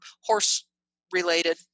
horse-related